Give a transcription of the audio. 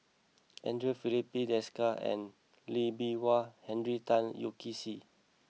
Andre Filipe Desker Lee Bee Wah and Henry Tan Yoke See